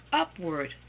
upward